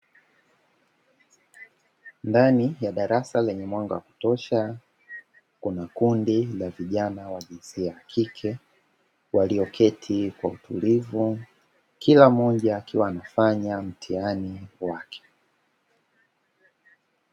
Ndani ya darasa lenye mwanga wa kutosha, kuna kundi la vijana wa jinsia ya kike; walioketi kwa utulivu, kila mmoja akiwa anafanya mtihani wake.